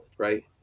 Right